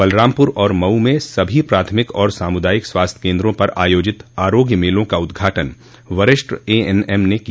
बलरामपूर और मऊ में सभी प्राथमिक और सामुदायिक स्वास्थ्य केन्द्रों पर आयोजित आरोग्य मेलों का उद्घाटन वरिष्ठ एएनएम ने किया